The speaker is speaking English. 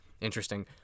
interesting